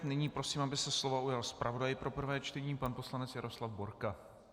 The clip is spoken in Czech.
Nyní prosím, aby se slova ujal zpravodaj pro prvé čtení pan poslanec Jaroslav Borka.